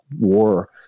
war